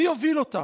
מי יוביל אותם?